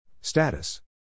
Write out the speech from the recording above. Status